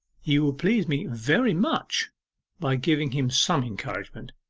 you will please me very much by giving him some encouragement.